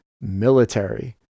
military